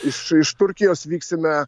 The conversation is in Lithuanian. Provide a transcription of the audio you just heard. iš iš turkijos vyksime